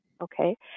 okay